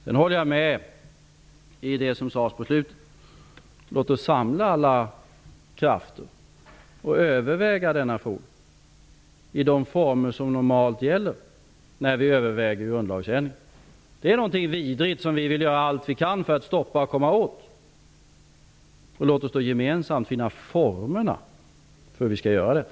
Jag håller med om det som Thage Peterson sade på slutet: Låt oss samla alla krafter och överväga denna fråga i de former som normalt gäller när vi överväger grundlagsändringar. Detta är någonting vidrigt som vi vill göra allt vi kan för att stoppa och komma åt. Låt oss gemensamt finna formerna för hur vi skall göra detta.